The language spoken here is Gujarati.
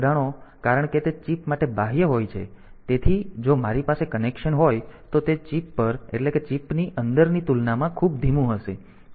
કોપર લાઇન જોડાણો કારણ કે તે ચિપ માટે બાહ્ય હોય છે તેથી જો મારી પાસે કનેક્શન હોય તો તે ચિપ પર એટલે કે ચિપની અંદરની તુલનામાં ખૂબ ધીમું હશે